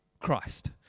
Christ